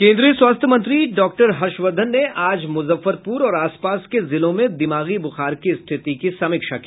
केन्द्रीय स्वास्थ्य मंत्री डॉक्टर हर्ष वर्धन ने आज मुजफ्फरपुर और आस पास के जिलों में दिमागी ब्रखार की स्थिति की समीक्षा की